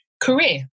career